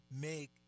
make